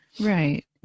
right